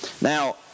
Now